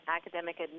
academic